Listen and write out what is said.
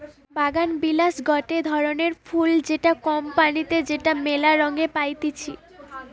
বাগানবিলাস গটে ধরণকার ফুল যেটা কম পানিতে যেটা মেলা রঙে পাইতিছি